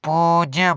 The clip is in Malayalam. പൂജ്യം